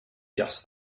just